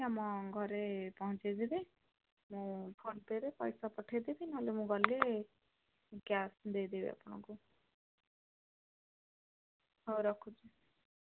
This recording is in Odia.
ଆମ ଘରେ ପହଞ୍ଚାଇଦେବେ ମୁଁ ଫୋନ୍ ପେରେ ପଇସା ପଠାଇଦେବି ନହେଲେ ମୁଁ ଗଲେ କ୍ୟାସ୍ ଦେଇଦେବି ଆପଣଙ୍କୁ ହଉ ରଖୁଛି